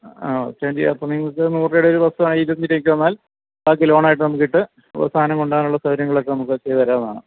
ആ എക്സ്ചേഞ്ച് ചെയ്യുക അപ്പൊ നിങ്ങൾക്ക് നൂറ് രൂപയുടെ ഒരു വസ്തു ഇരുപത്തി അഞ്ച് രൂപക്ക് തന്നാൽ ബാക്കി ലോണായിട്ട് നമുക്ക് ഇട്ട് സാധനം കൊണ്ടു പോകാനുള്ള സൗകര്യങ്ങളൊക്കെ നമുക്ക് ചെയ്തു തരാവുന്നതാണ്